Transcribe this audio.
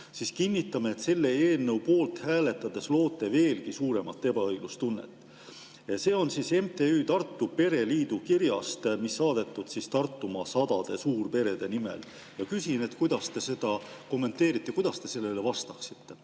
siis kinnitame, et selle eelnõu poolt hääletades loote veelgi suuremat ebaõiglustunnet." See on MTÜ Tartu Pereliit kirjast, mis on saadetud Tartumaa sadade suurperede nimel. Ma küsin, kuidas te seda kommenteerite ja kuidas te sellele vastaksite.